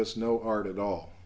us no art at all